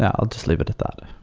i'll just leave it at that.